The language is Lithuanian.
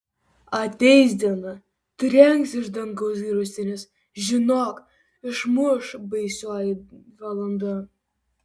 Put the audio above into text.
ateis diena trenks iš dangaus griaustinis žinok išmuš baisioji valanda